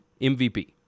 MVP